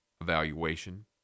evaluation